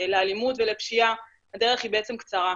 לאלימות ולפשיעה - הדרך קצרה.